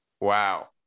Wow